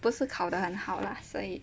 不是考得很好啦所以